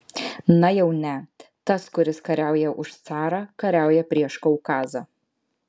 na jau ne tas kuris kariauja už carą kariauja prieš kaukazą